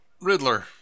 Riddler